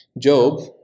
Job